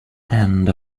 end